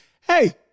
Hey